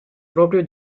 proprio